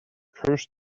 curse